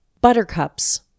Buttercups